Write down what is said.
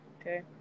Okay